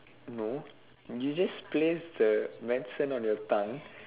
no you just place the medicine on your tongue